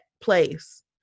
place